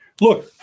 Look